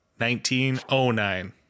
1909